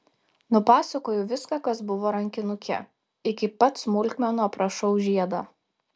nupasakoju viską kas buvo rankinuke iki pat smulkmenų aprašau žiedą